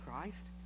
Christ